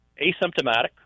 asymptomatic